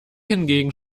hingegen